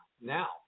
Now